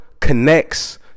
connects